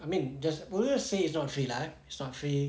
I mean there's I won't say it's not free lah it's not free